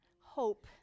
hope